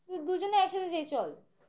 তো দুজনে একসাথে দিই চল